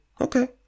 Okay